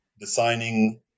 designing